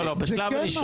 זה כן מס.